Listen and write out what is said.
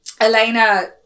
Elena